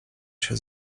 się